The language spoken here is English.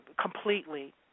completely